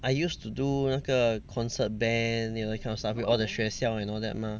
I used to do 那个 concert band you know that kind of stuff with all the 学校 and all that mah